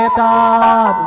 ah da